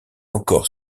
encore